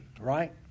right